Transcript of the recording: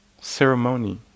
ceremony